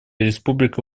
республика